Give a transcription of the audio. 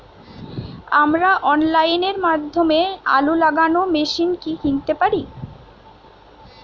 আমরা অনলাইনের মাধ্যমে আলু লাগানো মেশিন কি কিনতে পারি?